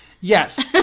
Yes